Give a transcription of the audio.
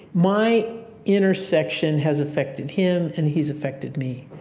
my intersection has affected him and he's affected me.